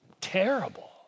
terrible